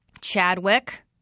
Chadwick